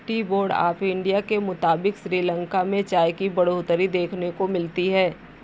T board of India के मुताबिक़ श्रीलंका में चाय की बढ़ोतरी देखने को मिली है